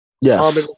Yes